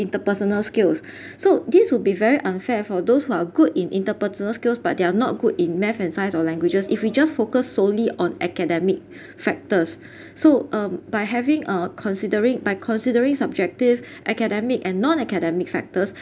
interpersonal skills so this will be very unfair for those who are good in interpersonal skills but they are not good in math and science or languages if we just focus solely on academic factors so um by having uh considering by considering subjective academic and non-academic factors